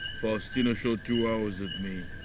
faustino shot two arrows at me.